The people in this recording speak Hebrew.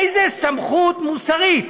איזו סמכות מוסרית,